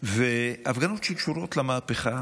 הפגנות שקשורות למהפכה